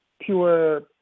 pure